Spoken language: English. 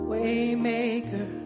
Waymaker